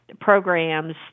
programs